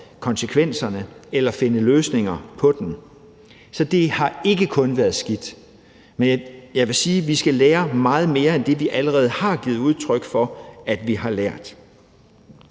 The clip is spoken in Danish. konsekvenserne eller finde løsninger på dem. Så det har ikke kun været skidt. Men jeg vil sige, at vi skal lære meget mere end det, vi allerede har givet udtryk for at vi har lært.